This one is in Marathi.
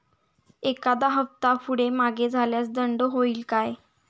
एखादा हफ्ता पुढे मागे झाल्यास दंड होईल काय?